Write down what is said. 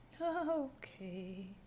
Okay